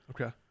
Okay